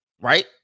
right